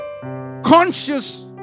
Conscious